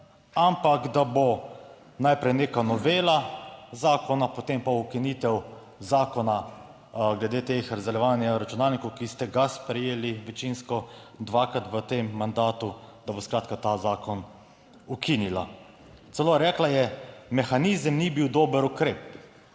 ampak da bo najprej neka novela zakona, potem pa ukinitev zakona glede tega razdeljevanja računalnikov, ki ste ga sprejeli večinsko dvakrat v tem mandatu, da bo skratka ta zakon ukinila. Celo rekla je, mehanizem ni bil dober ukrep.